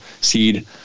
seed